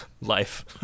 life